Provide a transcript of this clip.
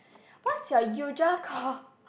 what's your usual car